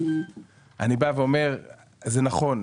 אני בא ואומר זה נכון,